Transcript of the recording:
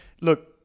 Look